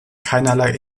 keinerlei